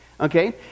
Okay